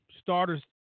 starters